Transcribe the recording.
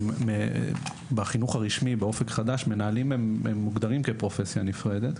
בחינוך הרשמי באופק חדש מנהלים מוגדרים כפרופסיה נפרדת,